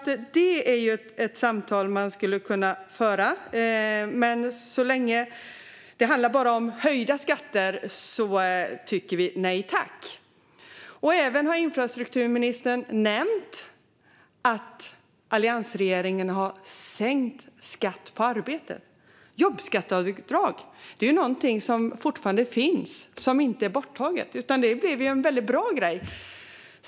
Det är ett samtal som man skulle kunna föra, men så länge det bara handlar om höjda skatter säger vi nej tack. Infrastrukturministern har även nämnt att alliansregeringen sänkte skatten på arbete. Men jobbskatteavdraget är ju någonting som fortfarande finns. Det är inte borttaget, utan det blev en väldigt bra grej.